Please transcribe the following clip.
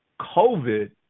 COVID